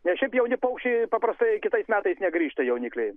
nes šiaip jauni paukščiai paprastai kitais metais negrįžta jaunikliai